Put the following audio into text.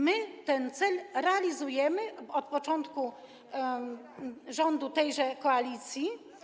My ten cel realizujemy od początku rządów tejże koalicji.